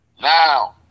Now